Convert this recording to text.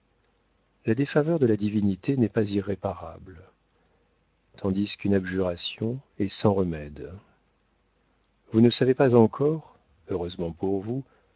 la défaveur de la divinité n'est pas irréparable tandis qu'une abjuration est sans remède vous ne savez pas encore heureusement pour vous